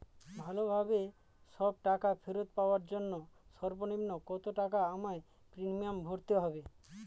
ভালোভাবে সব টাকা ফেরত পাওয়ার জন্য সর্বনিম্ন কতটাকা আমায় প্রিমিয়াম ভরতে হবে?